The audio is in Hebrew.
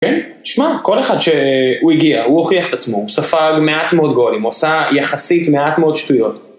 כן, תשמע, כל אחד שהוא הגיע, הוא הוכיח את עצמו, ספג מעט מאוד גולים, עושה יחסית מעט מאוד שטויות.